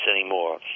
anymore